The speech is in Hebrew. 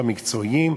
המקצועיים,